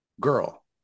girl